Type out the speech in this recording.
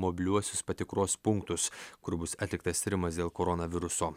mobiliuosius patikros punktus kur bus atliktas tyrimas dėl koronaviruso